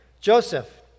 joseph